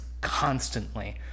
constantly